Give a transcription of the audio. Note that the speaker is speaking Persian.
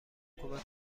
کمک